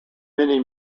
minnie